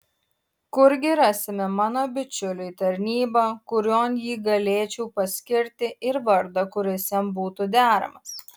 kurgi rasime mano bičiuliui tarnybą kurion jį galėčiau paskirti ir vardą kuris jam būtų deramas